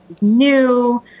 new